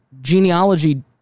genealogy